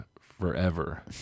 forever